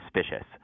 suspicious